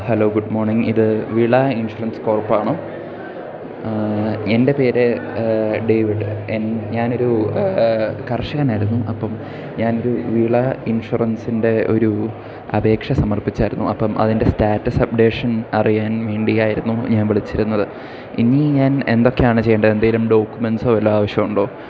hello good morning ഇത് വിള insurance കോർപ്പാണോ എൻ്റെ പേര് ഡേവിഡ് ഞാനൊരു കർഷകനായിരുന്നു അപ്പം ഞാനൊരു വിള ഇൻഷുറൻസിൻ്റെ ഒരു അപേക്ഷ സമർപ്പിച്ചിരുന്നു അപ്പം അതിൻ്റെ സ്റ്റാറ്റസ് അപ്ഡേഷൻ അറിയാൻ വേണ്ടിയായിരുന്നു ഞാൻ വിളിച്ചിരുന്നത് ഇനി ഞാൻ എന്തൊക്കെയാണ് ചെയ്യേണ്ടത് എന്തെങ്കിലും ഡോക്യുമെൻസോ വല്ലതോ ആവശ്യമുണ്ടോ